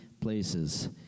places